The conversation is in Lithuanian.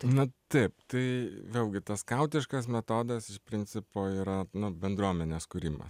na taip tai vėlgi tas skautiškas metodas iš principo yra nu bendruomenės kūrimas